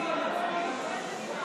טוב, נא